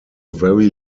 very